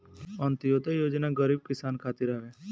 अन्त्योदय योजना गरीब किसान खातिर हवे